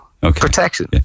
Protection